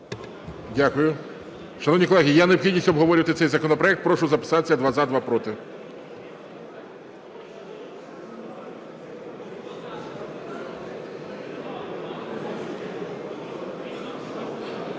Дякую. Шановні колеги, є необхідність обговорювати цей законопроект, прошу записатися: два – за, два – проти.